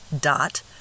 dot